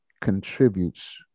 contributes